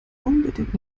unbedingt